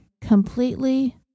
completely